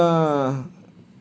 no lah